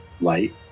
light